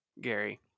gary